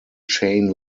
chain